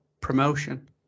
promotion